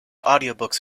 audiobooks